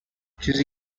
چیزی